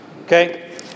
Okay